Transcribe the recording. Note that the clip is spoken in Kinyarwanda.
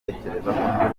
gutekereza